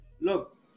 look